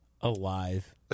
Alive